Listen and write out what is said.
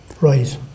Right